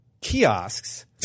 kiosks